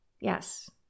Yes